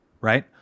right